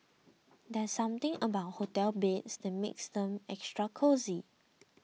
there's something about hotel beds that makes them extra cosy